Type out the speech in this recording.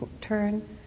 turn